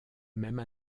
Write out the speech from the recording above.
même